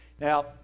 Now